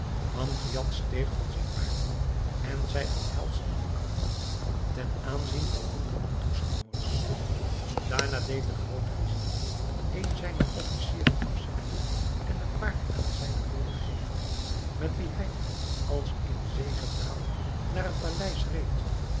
amgiad steeg van zijn paard en zij omhelsden elkander ten aanzien van honderden toeschouwers daarna deed de groot-vizier een zijner officieren afzitten en het paard aan zijnen broeder geven met wien hij als in zegepraal naar het paleis reed